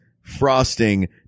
frosting